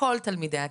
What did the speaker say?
- כל תלמידי הכיתה.